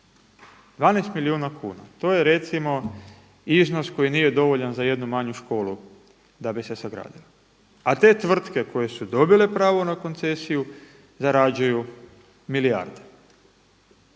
12 milijuna kuna. To je recimo iznos koji nije dovoljan za jednu manju školu da bi se sagradilo, a te tvrtke koje su dobile pravo na koncesiju zarađuju milijarde.